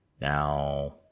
Now